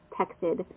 texted